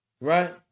Right